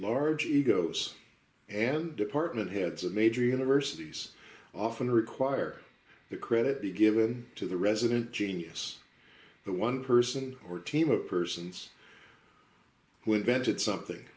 large egos and department heads of major universities often require that credit be given to the resident genius the one person or team of persons who invented something